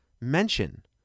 mention